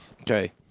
Okay